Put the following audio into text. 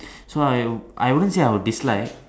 so I I wouldn't say I will dislike